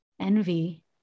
envy